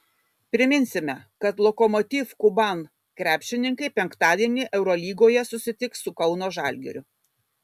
priminsime kad lokomotiv kuban krepšininkai penktadienį eurolygoje susitiks su kauno žalgiriu